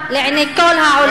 לך אין זכויות,